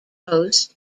host